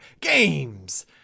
games